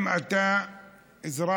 אם אתה אזרח